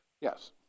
Yes